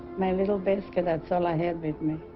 my little biscuit that's all i had with me